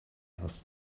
has